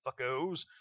Fuckos